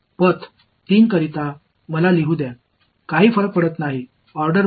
பாதை 3 க்கு எழுதுகிறேன் வரிசையை மாற்றினாலும் அது ஒரு பொருட்டல்ல